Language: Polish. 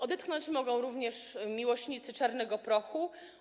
Odetchnąć mogą również miłośnicy czarnego prochu.